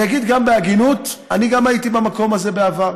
אני אגיד בהגינות, אני גם הייתי במקום הזה בעבר.